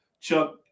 Chuck